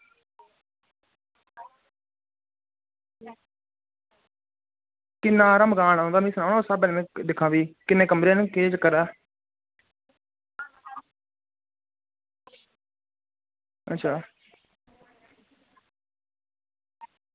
किन्ना हारा मकान ऐ उं'दा मी सनाओ हां उस स्हाबै कन्नै दिक्खां भी किन्ने कमरे न केह् चक्कर ऐ अच्छा